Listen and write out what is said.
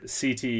CT